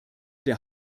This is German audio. der